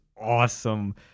awesome